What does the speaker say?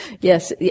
Yes